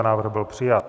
Návrh byl přijat.